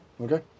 Okay